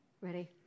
Ready